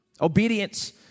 Obedience